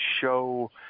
show